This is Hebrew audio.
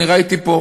אני ראיתי פה.